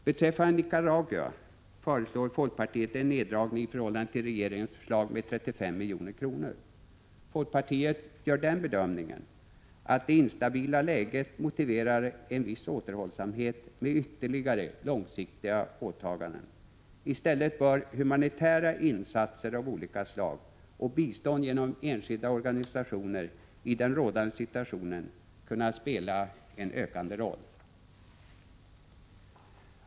Beträffande Nicaragua föreslår folkpartiet en neddragning i förhållande till regeringens förslag med 35 milj.kr. Folkpartiet gör den bedömningen att det instabila läget motiverar en viss återhållsamhet med ytterligare långsiktiga åtaganden. I stället bör humanitära insatser av olika slag och bistånd genom enskilda organisationer i den rådande situationen kunna spela en ökande roll.